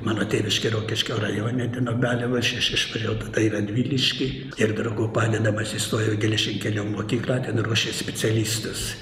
mano tėviškė rokiškio rajone ten obelių valsčius aš išvažiavau tada į radviliškį ir draugų padedamas įstojau į geležinkelio mokyklą ten ruošė specialistus